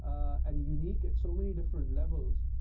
and unique at so many different levels,